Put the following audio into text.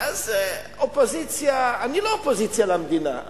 אני לא אופוזיציה למדינה,